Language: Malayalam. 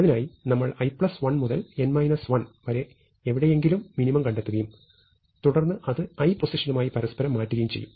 അതിനായി നമ്മൾ i1 മുതൽ n 1 വരെ എവിടെയെങ്കിലും മിനിമം കണ്ടെത്തുകയും തുടർന്ന് അത് i പൊസിഷനുമായി പരസ്പരം മാറ്റം ചെയ്യുകയും ചെയ്യും